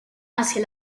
hacia